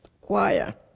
choir